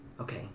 Okay